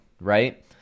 Right